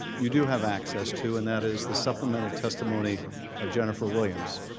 you do have access to and that is the supplemental testimony of jennifer williams.